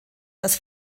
das